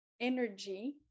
energy